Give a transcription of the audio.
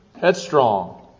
headstrong